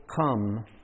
come